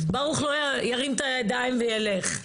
ברוך לא ירים את הידיים וילך.